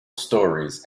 stories